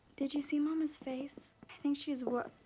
did you see mama's face? i think she is